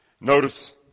Notice